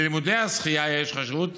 ללימודי השחייה יש חשיבות